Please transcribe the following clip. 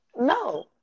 No